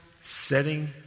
Setting